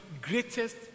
greatest